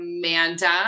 Amanda